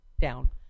down